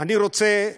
אני רוצה,